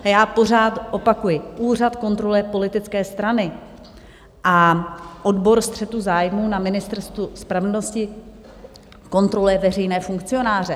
A já pořád opakuji, úřad kontroluje politické strany a odbor střetu zájmů na Ministerstvu spravedlnosti kontroluje veřejné funkcionáře.